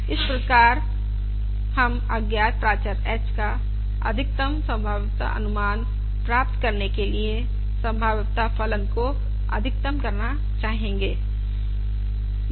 इस प्रकार हम अज्ञात प्राचर h का अधिकतम संभाव्यता अनुमान प्राप्त करने के लिए संभाव्यता फलन को अधिकतम करना चाहेंगे